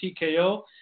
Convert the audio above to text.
TKO